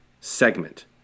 segment